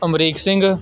Amrik Singh